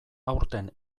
aurten